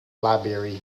library